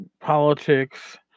politics